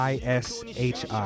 I-S-H-I